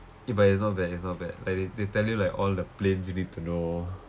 ya but it's not bad it's not bad like they they tell you like all the planes you need to know